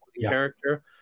character